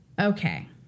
Okay